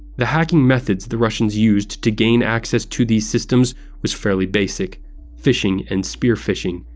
the hacking methods the russians used to gain access to these systems was fairly basic phishing and spear-phishing,